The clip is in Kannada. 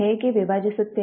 ಹೇಗೆ ವಿಭಜಿಸುತ್ತೇವೆ